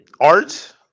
art